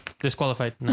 disqualified